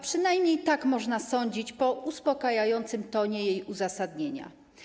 Przynajmniej tak można sądzić po uspokajającym tonie jej uzasadnienia.